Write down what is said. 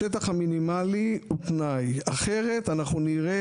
השטח המינימלי הוא תנאי אחרת אנחנו נראה